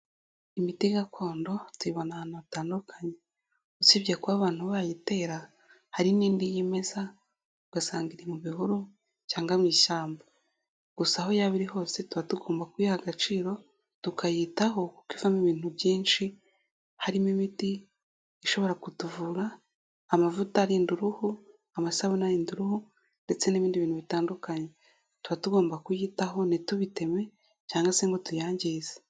Imiti gakondo tuyibona ahantu hatandukanye, usibye kuba abantu bayitera hari n'indi yimeza ugasanga iri mu bihuru cyangwa mu ishyamba, gusa aho yaba iri hose tuba tugomba kuyiha agaciro tukayitaho kuko ivamo ibintu byinshi, harimo imiti ishobora kutuvura, amavuta arinda uruhu, amasabune arinda uruhu ndetse n'ibindi bintu bitandukanye tuba tugomba kuyitaho ntitubiteme cyangwa se ngo tuyangize.